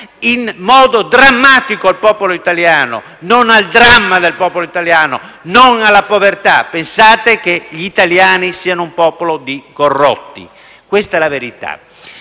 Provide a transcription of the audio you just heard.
in modo drammatico al popolo italiano e non al dramma del popolo italiano e alla povertà. Pensate che gli italiani siano un popolo di corrotti, questa è la verità.